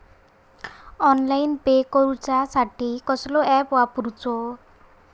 Online pay करूचा साठी कसलो ऍप वापरूचो?